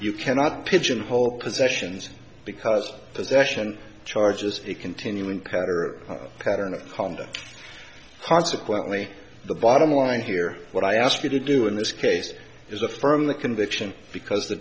you cannot pigeonhole possessions because possession charges a continuing cutter pattern of conduct consequently the bottom line here what i ask you to do in this case is affirm the conviction because the